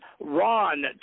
Ron